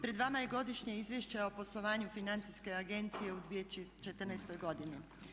Pred vama je Godišnje izvješće o poslovanju Financijske agencije u 2014. godini.